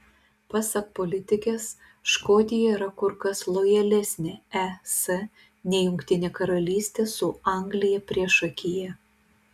pasak politikės škotija yra kur kas lojalesnė es nei jungtinė karalystė su anglija priešakyje